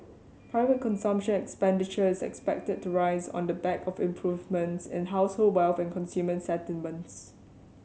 private consumption expenditure is expected to rise on the back of improvements in household wealth and consumer sentiments